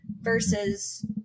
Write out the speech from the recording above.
versus